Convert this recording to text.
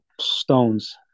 stones